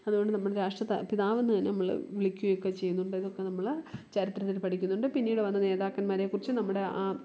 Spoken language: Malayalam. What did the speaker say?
അതുകൊണ്ട് നമ്മുടെ രാഷ്ട്ര ത പിതാവെന്നു നമ്മൾ വിളിക്കുമൊക്കെ ചെയ്യുന്നുണ്ട് ഇതൊക്കെ നമ്മൾ ചരിത്രത്തിൽ പഠിക്കുന്നുണ്ട് പിന്നീട് വന്ന നേതാക്കന്മാരെക്കുറിച്ച് നമ്മുടെ ആ